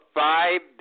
five